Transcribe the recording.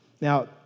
Now